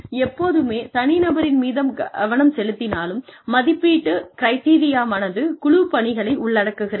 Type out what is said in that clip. எப்போதுமே தனிநபரின் மீது கவனம் செலுத்தினாலும் மதிப்பீட்டு கிரிட்டெரியாவானது குழுப்பணிகளை உள்ளடக்குகிறது